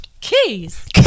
Keys